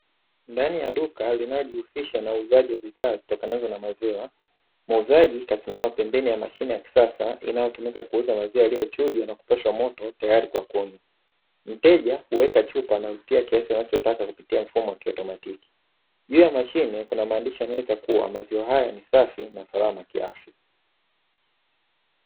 Ndani ya duka linalojihusisha na uuzaji wa maziwa, muuzaji kasimama pembeni ya mashine ya kisasa inayotumika kuuza maziwa yaliyochujwa na kupashwa moto, tayari kwa kunywa. Mteja uweka chupa na kulipia kiasi anachotaka kupitia mfumo wa kiautomatiki. Juu ya mashine, kuna maandishi yanayoeleza kuwa, maziwa haya ni safi na salama kiafya.